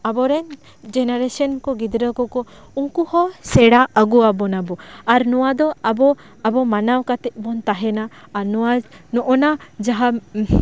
ᱟᱵᱚᱨᱮᱱ ᱜᱮᱱᱟᱨᱮᱥᱮᱱᱠᱚ ᱜᱤᱫᱽᱨᱟᱹ ᱠᱚ ᱠᱚ ᱩᱱᱠᱩ ᱦᱚᱸ ᱥᱮᱲᱟ ᱟᱜᱩᱭᱟᱵᱚ ᱱᱟᱵᱚ ᱟᱨ ᱱᱚᱶᱟ ᱫᱚ ᱟᱵᱚ ᱟᱵᱚ ᱢᱟᱱᱟᱣ ᱠᱟᱛᱮ ᱵᱚᱱ ᱛᱟᱦᱮᱸᱱᱟ ᱟᱨ ᱱᱚᱶᱟ ᱱᱚᱜᱱᱟ ᱡᱟᱦᱟᱸ